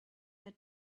had